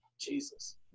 Jesus